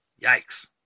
Yikes